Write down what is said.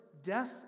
Death